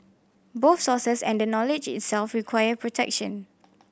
both sources and the knowledge itself require protection